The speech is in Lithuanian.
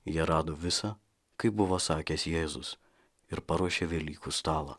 jie rado visą kaip buvo sakęs jėzus ir paruošė velykų stalą